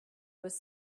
was